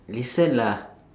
listen lah